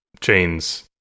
chains